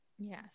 yes